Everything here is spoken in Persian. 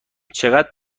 چقدر